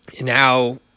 now